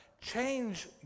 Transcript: Change